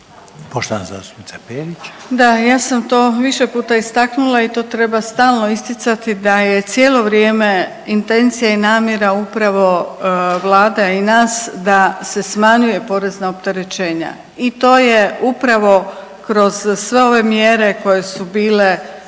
Grozdana (HDZ)** Da, ja sam to više puta istaknula i to treba stalno isticati da je cijelo vrijeme intencija i namjera upravo Vlade i nas da se smanjuje porezna opterećenja. I to je upravo kroz sve ove mjere koje su bile poduzete